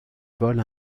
vols